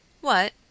What